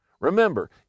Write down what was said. Remember